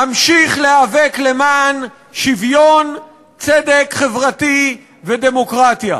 אמשיך להיאבק למען שוויון, צדק חברתי ודמוקרטיה.